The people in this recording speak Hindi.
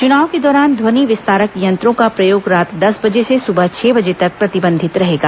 चुनाव के दौरान ध्वनि विस्तारक यंत्रों का प्रयोग रात दस बजे से सुबह छह बजे तक प्रतिबंधित रहेगा